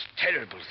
terrible